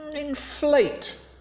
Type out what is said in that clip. inflate